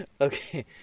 okay